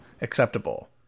acceptable